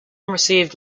received